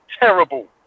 terrible